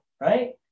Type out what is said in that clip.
right